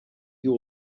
you